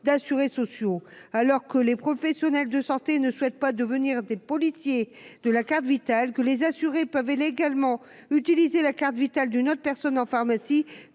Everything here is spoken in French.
d'assurés sociaux. Alors que les professionnels de santé ne souhaite pas devenir des policiers de la carte vitale que les assurés peuvent-elles également utiliser la carte vitale d'une autre personne en pharmacie